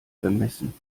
bemessen